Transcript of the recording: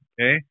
Okay